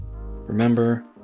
Remember